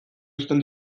uzten